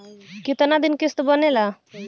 कितना दिन किस्त बनेला?